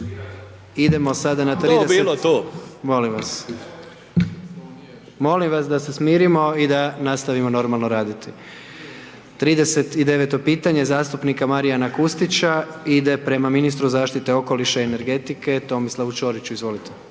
Molim vas. Molim vas da se smirimo i da nastavimo normalno raditi. **Jandroković, Gordan (HDZ)** 39. pitanje zastupnika Marijana Kustića ide prema ministru zaštite okoliša i energetike Tomislavu Čoriću, izvolite.